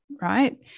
right